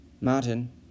Martin